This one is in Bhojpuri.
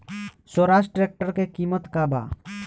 स्वराज ट्रेक्टर के किमत का बा?